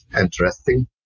interesting